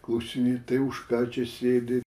klausinėt tai už ką čia sėdi